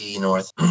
North